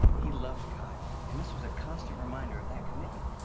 he loved god and this was a constant reminder of that commitment.